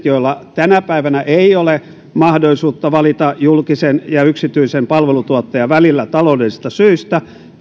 joilla tänä päivänä ei ole mahdollisuutta valita julkisen ja yksityisen palvelutuottajan välillä taloudellisista syistä